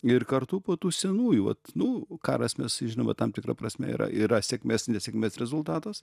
ir kartu po tų senųjų vat nu karas mes žinoma tam tikra prasme yra yra sėkmės nesėkmės rezultatas